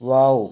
wow